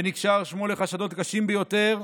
ונקשר שמו לחשדות קשים ביותר,